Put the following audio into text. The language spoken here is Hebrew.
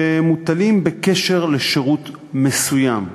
שמוטלים בקשר לשירות מסוים.